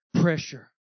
pressure